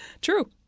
True